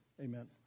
Amen